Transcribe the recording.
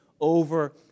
over